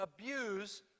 abuse